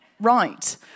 Right